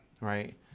right